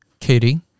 Katie